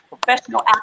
professional